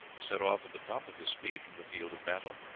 set off at the top of his speed from the field of battle.